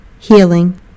healing